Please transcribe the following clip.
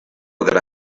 that